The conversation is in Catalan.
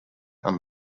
amb